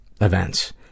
events